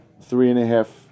three-and-a-half